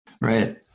Right